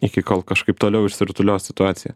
iki kol kažkaip toliau išsirutulios situacija